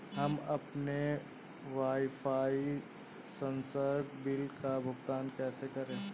हम अपने वाईफाई संसर्ग बिल का भुगतान कैसे करें?